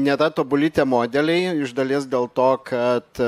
nėra tobuli tie modeliai iš dalies dėl to kad